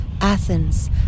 Athens